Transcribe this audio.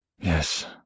Yes